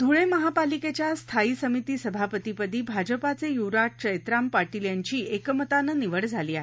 धूळे महापालिकेच्या स्थायी समिती सभापतीपदी भाजपाचे यूवराज चैत्राम पाटील यांची एकमतानं निवड झाली आहे